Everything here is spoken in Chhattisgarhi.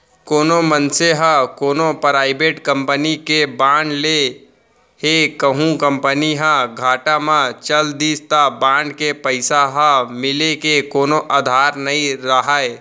कोनो मनसे ह कोनो पराइबेट कंपनी के बांड ले हे कहूं कंपनी ह घाटा म चल दिस त बांड के पइसा ह मिले के कोनो अधार नइ राहय